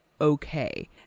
okay